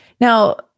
Now